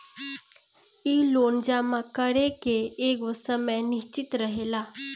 इ लोन जमा करे के एगो समय निश्चित रहेला